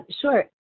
Sure